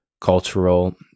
cultural